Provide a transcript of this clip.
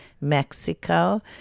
Mexico